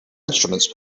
instruments